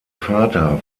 vater